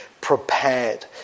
prepared